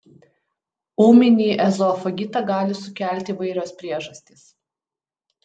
ūminį ezofagitą gali sukelti įvairios priežastys